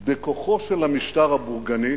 "בכוחו של המשטר הבורגני"